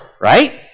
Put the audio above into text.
right